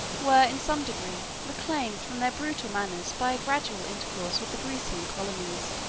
were, in some degree, reclaimed from their brutal manners by a gradual intercourse with the grecian colonies,